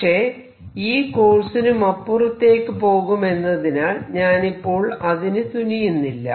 പക്ഷെ ഈ കോഴ്സിനുമപ്പുറത്തേക്കു പോകുമെന്നതിനാൽ ഞാനിപ്പോൾ അതിനു തുനിയുന്നില്ല